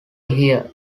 hear